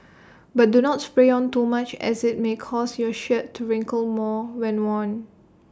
but do not spray on too much as IT may cause your shirt to wrinkle more when worn